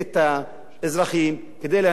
כדי להמשיך בגזירות הכלכליות נגדם.